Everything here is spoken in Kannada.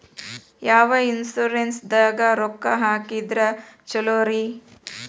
ಯಾವ ಇನ್ಶೂರೆನ್ಸ್ ದಾಗ ರೊಕ್ಕ ಹಾಕಿದ್ರ ಛಲೋರಿ?